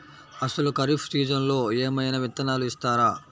అసలు ఖరీఫ్ సీజన్లో ఏమయినా విత్తనాలు ఇస్తారా?